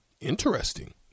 Interesting